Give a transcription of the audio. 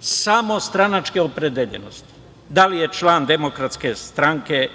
Samo stranačke opredeljenosti, da li je član DS ili ne. Poštovani